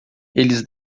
eles